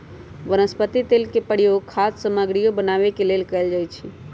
वनस्पति तेल के प्रयोग खाद्य सामगरियो बनावे के लेल कैल जाई छई